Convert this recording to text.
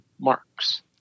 marks